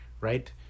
right